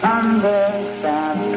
understand